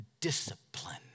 Discipline